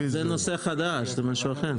לא זה על נושא חדש זה משהו אחר.